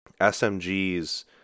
SMGs